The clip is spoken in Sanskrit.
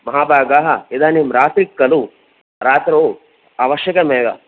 महाभागाः इदानीं रात्रिः खलु रात्रौ आवश्यकमेव